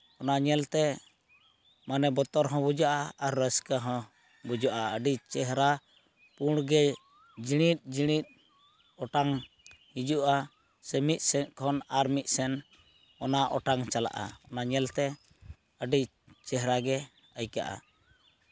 ᱢᱟᱱᱮ ᱚᱱᱟ ᱧᱮᱞᱛᱮ ᱵᱚᱛᱚᱨ ᱦᱚᱸ ᱵᱩᱡᱷᱟᱹᱜᱼᱟ ᱟᱨ ᱨᱟᱹᱥᱠᱟᱹ ᱦᱚᱸ ᱵᱩᱡᱩᱜᱼᱟ ᱟᱹᱰᱤ ᱪᱮᱦᱨᱟ ᱯᱩᱸᱰᱜᱮ ᱡᱤᱲᱤᱫ ᱡᱤᱲᱤᱫ ᱚᱴᱟᱝ ᱦᱤᱡᱩᱜᱼᱟ ᱥᱮ ᱢᱤᱫ ᱥᱮᱫ ᱠᱷᱚᱱ ᱟᱨ ᱢᱤᱫ ᱥᱮᱫ ᱚᱱᱟ ᱚᱴᱟᱝ ᱪᱟᱞᱟᱜᱼᱟ ᱚᱱᱟ ᱧᱮᱞᱛᱮ ᱟᱹᱰᱤ ᱪᱮᱦᱨᱟᱜᱮ ᱟᱹᱭᱠᱟᱹᱜᱼᱟ